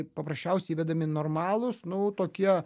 paprasčiausiai įvedami normalūs nu tokie